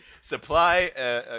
Supply